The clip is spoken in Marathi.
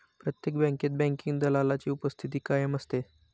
प्रत्येक बँकेत बँकिंग दलालाची उपस्थिती कायम असते